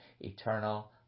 eternal